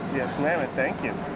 yes, ma'am, and thank you.